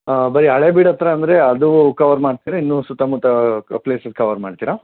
ಹಾಂ ಬರಿ ಹಳೇಬೀಡ್ ಹತ್ರ ಅಂದರೆ ಅದು ಕವರ್ ಮಾಡ್ತಿರಾ ಇನ್ನು ಸುತ್ತ ಮುತ್ತ ಪ್ಲೇಸೆಸ್ ಕವರ್ ಮಾಡ್ತಿರಾ